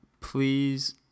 please